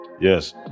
Yes